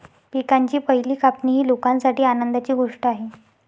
पिकांची पहिली कापणी ही लोकांसाठी आनंदाची गोष्ट आहे